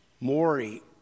Maury